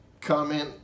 comment